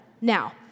Now